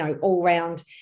all-round